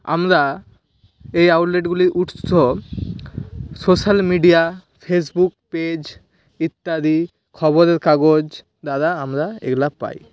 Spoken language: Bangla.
আমরা এই আউটলেটগুলির উৎস সোশ্যাল মিডিয়া ফেসবুক পেজ ইত্যাদি খবরের কাগজ দ্বারা আমরা এগুলো পাই